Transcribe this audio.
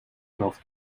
twelfth